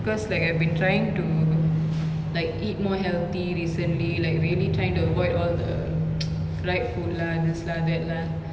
because like I've been trying to like eat more healthy recently like really trying to avoid all the fried food lah this lah that lah